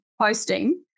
posting